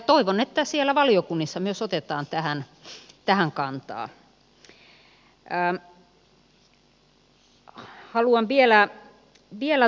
toivon että myös siellä valiokunnissa otetaan tähän kantaa